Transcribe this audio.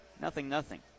nothing-nothing